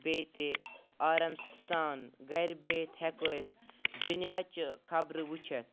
بیٚیہِ تہِ آرام سان گَرِ بِہِتھ ہٮ۪کو أسۍ دُنیاچہِ خبرٕ وٕچھِتھ